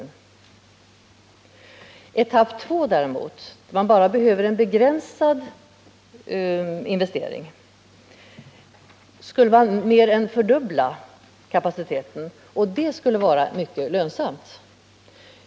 Genom etapp 2, för vilket det däremot bara behövs en begränsad investering, skulle man mer än fördubbla kapaciteten, och detta skulle vara mycket lönsamt.